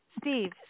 Steve